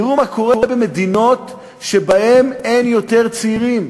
תראו מה קורה במדינות שבהן אין יותר צעירים,